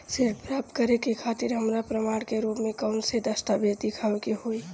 ऋण प्राप्त करे के खातिर हमरा प्रमाण के रूप में कउन से दस्तावेज़ दिखावे के होइ?